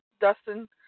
Dustin